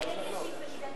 אדוני היושב-ראש,